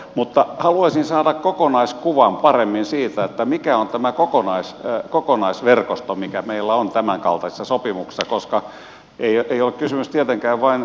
mutta haluaisin saada kokonaiskuvan paremmin siitä mikä on tämä kokonaisverkosto mikä meillä on tämänkaltaisissa sopimuksissa koska ei ole kysymys tietenkään vain vietnamista